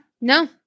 No